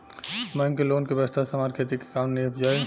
bank के loan के व्यवस्था से हमार खेती के काम नीभ जाई